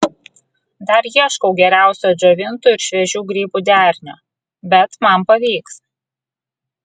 dar ieškau geriausio džiovintų ir šviežių grybų derinio bet man pavyks